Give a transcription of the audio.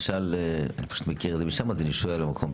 אני פשוט מכיר את זה משם, אז אני שואל על המקום.